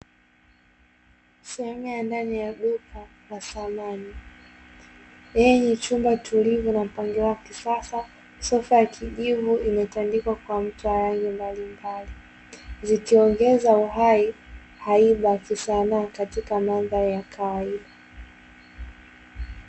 Sehemu ya ndani la duka la samani lenye chumba tulivu na mpangilio wa kisasa, sofa ya kijivu imetandikwa kwa mto wa rangi mbalimbali, zikiongeza uhai, haiba kisanaa katika mandhari ya kawaida.